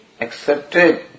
accepted